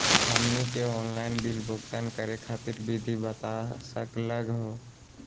हमनी के online bill भुगतान करे खातीर विधि बता सकलघ हो?